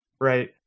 Right